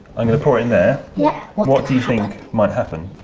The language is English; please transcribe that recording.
i mean pour it in there. yeah what what do you think might happen?